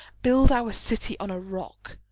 build our city on a rock.